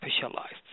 specialized